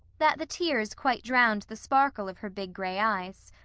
that the tears quite drowned the sparkle of her big gray eyes.